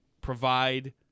provide